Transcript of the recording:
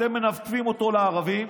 אתם מנתבים אותו לערבים,